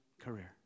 career